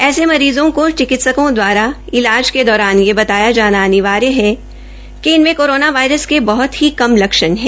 ऐसे मरीज़ों को चिकित्सको दवारा इलाज के दौरान यह बताया अनिवार्य है कि इनमें कोरोना वायरस के बहत ही कम लक्षण है